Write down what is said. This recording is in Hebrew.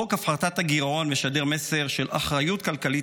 חוק הפחתת הגירעון משדר מסר של אחריות כלכלית